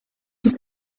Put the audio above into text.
have